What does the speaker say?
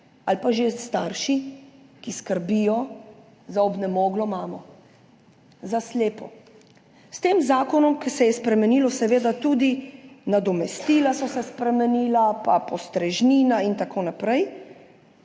ali pa že starši, ki skrbijo za obnemoglo mamo, za slepo. S tem zakonom, ki je spremenil seveda tudi nadomestila in postrežnino in tako naprej,